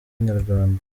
inyarwanda